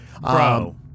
Bro